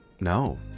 no